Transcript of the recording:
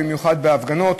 במיוחד בהפגנות.